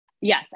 Yes